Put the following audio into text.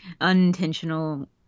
unintentional